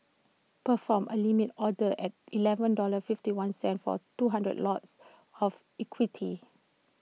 perform A limit order at Eleven dollar fifty one cent for two hundred lots of equity